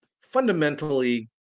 fundamentally